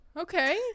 Okay